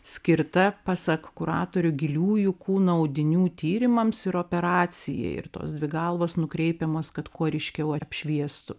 skirta pasak kuratorių giliųjų kūno audinių tyrimams ir operacijai ir tos dvi galvos nukreipiamos kad kuo ryškiau apšviestų